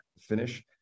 finish